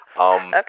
Okay